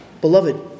Beloved